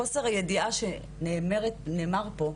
חוסר הידיעה שנאמר פה,